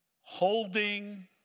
holding